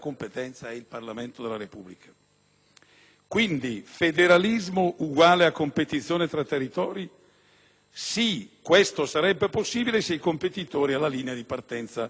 dunque, è uguale a competizione tra territori? Sì, questo sarebbe sicuramente possibile se i competitori alla linea di partenza avessero le stesse potenzialità.